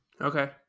Okay